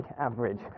average